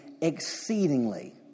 exceedingly